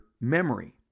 memory